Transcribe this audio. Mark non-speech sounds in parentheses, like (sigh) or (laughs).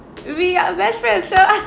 we are best friends so (laughs)